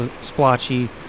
splotchy